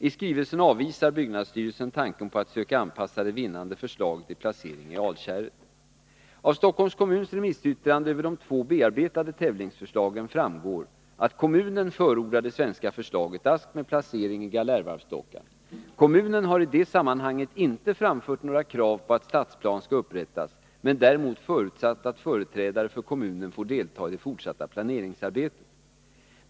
I skrivelsen avvisar byggnadsstyrelsen tanken på att söka anpassa det vinnande förslaget till placering i Alkärret. Av Stockholms kommuns remissyttrande över de två bearbetade tävlingsförslagen framgår att kommunen förordar det svenska förslaget ”Ask” med placering i Galärvarvsdockan. Kommunen har i det sammanhanget inte framfört några krav på att stadsplan skall upprättas, men däremot förutsatt att företrädare för kommunen får delta i det fortsatta planeringsarbetet.